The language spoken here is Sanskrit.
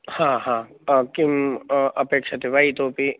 हा हा किम् अपेक्षते वा इतोपि